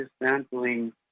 dismantling